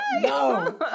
No